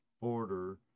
border